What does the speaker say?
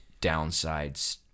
downsides